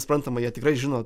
suprantama jie tikrai žino